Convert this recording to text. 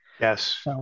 yes